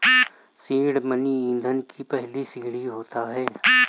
seed money ईंधन की पहली सीढ़ी होता है